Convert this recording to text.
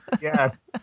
Yes